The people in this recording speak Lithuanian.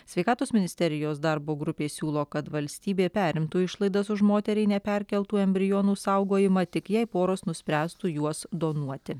sveikatos ministerijos darbo grupė siūlo kad valstybė perimtų išlaidas už moteriai neperkeltų embrionų saugojimą tik jei poros nuspręstų juos donuoti